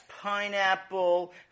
pineapple